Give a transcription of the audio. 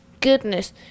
goodness